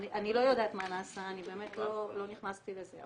אני לא יודעת מה נעשה, אני באמת לא נכנסתי לזה,